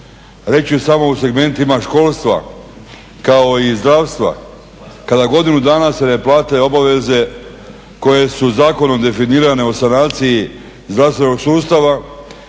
Reći ću samo o segmentima školstva kao i zdravstva, kada godinu dana se ne plate obaveze koje su zakonom definirane o sanaciji zdravstvenog sustava,